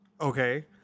Okay